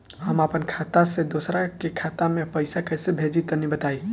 हम आपन खाता से दोसरा के खाता मे पईसा कइसे भेजि तनि बताईं?